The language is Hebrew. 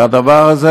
והדבר הזה,